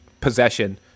possession